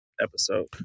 episode